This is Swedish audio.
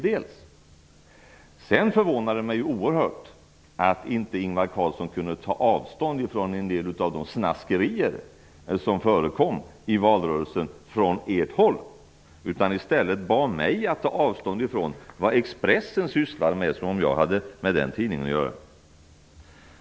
Men det förvånar mig oerhört att Ingvar Carlsson inte kunde ta avstånd från en del av de snaskerier som förekom från socialdemokratiskt håll i valrörelsen utan i stället bad mig att ta avstånd från vad Expressen sysslar med - precis som om jag hade med den tidningen att göra.